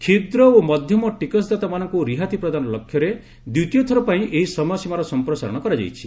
କ୍ଷୁଦ୍ର ଓ ମଧ୍ୟମ ଟିକସଦାତାମାନଙ୍କୁ ରିହାତି ପ୍ରଦାନ ଲକ୍ଷ୍ୟରେ ଦ୍ୱିତୀୟଥର ପାଇଁ ଏହି ସମୟସୀମାର ସମ୍ପ୍ରସାରଣ କରାଯାଇଛି